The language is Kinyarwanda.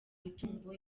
imitungo